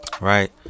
right